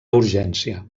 urgència